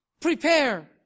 prepare